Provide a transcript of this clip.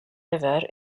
river